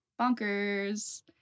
bonkers